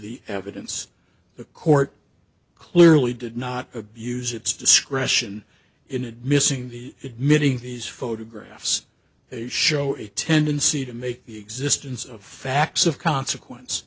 the evidence the court clearly did not abuse its discretion in and missing the admitting these photographs show a tendency to make the existence of facts of consequence